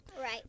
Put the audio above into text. Right